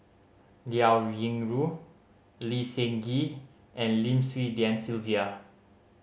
Liao Yingru Lee Seng Gee and Lim Swee Lian Sylvia